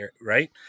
right